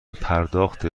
پرداخت